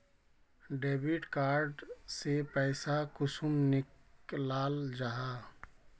Debit card से पैसा कुंसम निकलाल जाहा?